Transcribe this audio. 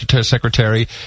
Secretary